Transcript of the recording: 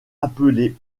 appelée